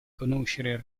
conoscere